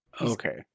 Okay